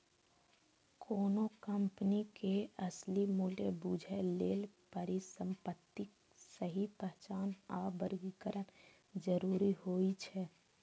कोनो कंपनी के असली मूल्य बूझय लेल परिसंपत्तिक सही पहचान आ वर्गीकरण जरूरी होइ छै